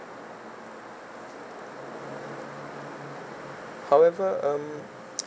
however um